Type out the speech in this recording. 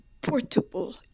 portable